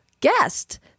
guest